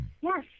Yes